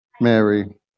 Mary